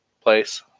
place